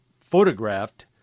photographed